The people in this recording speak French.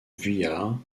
vuillard